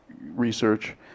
research